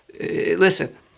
listen